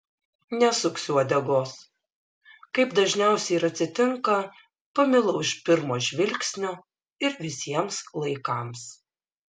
nesuksiu uodegos kaip dažniausiai ir atsitinka pamilau iš pirmo žvilgsnio ir visiems laikams